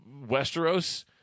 Westeros